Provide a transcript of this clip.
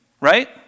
Right